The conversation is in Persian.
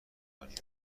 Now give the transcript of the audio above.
کنیم